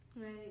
Right